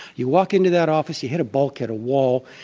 you walk into that office you hit a bulkhead, a wall,